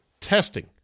testing